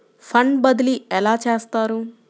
Fund బదిలీ ఎలా చేస్తారు?